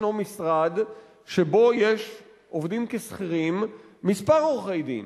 יש משרד שבו עובדים כשכירים כמה עורכי-דין